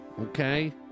okay